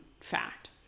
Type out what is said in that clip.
fact